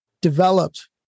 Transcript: developed